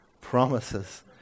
Promises